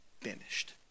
finished